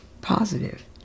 positive